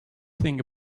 thing